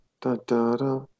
Da-da-da